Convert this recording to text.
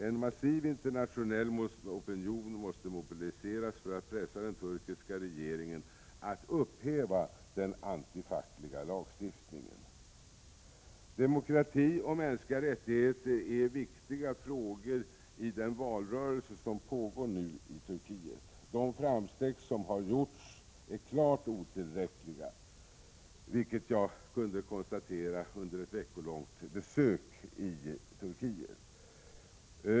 En massiv internationell opinion måste mobiliseras för att pressa den turkiska regeringen att upphäva den antifackliga lagstiftningen. Demokrati och mänskliga rättigheter är viktiga frågor i den valrörelse som nu pågår i Turkiet. De framsteg som gjorts är klart otillräckliga, vilket jag kunde konstatera under ett veckolångt besök i Turkiet.